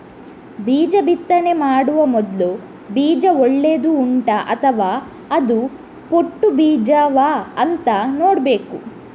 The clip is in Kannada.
ಬೀಜ ಬಿತ್ತನೆ ಮಾಡುವ ಮೊದ್ಲು ಬೀಜ ಒಳ್ಳೆದು ಉಂಟಾ ಅಥವಾ ಅದು ಪೊಟ್ಟು ಬೀಜವಾ ಅಂತ ನೋಡ್ಬೇಕು